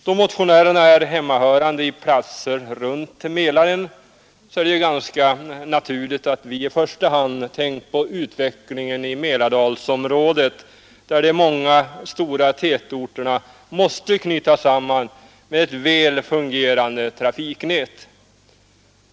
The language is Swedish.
Då motionärerna är hemmahörande på platser runt Mälaren är det ganska naturligt att vi i första hand tänkt på utvecklingen i Mälardalsområdet, där de många stora tätorterna måste knytas samman med ett väl fungerande trafiknät.